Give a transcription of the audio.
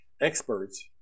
experts